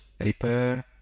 repair